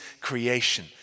creation